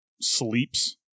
sleeps